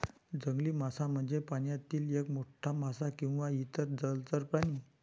जंगली मासा म्हणजे पाण्यातील एक मोठा मासा किंवा इतर जलचर प्राणी